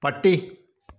പട്ടി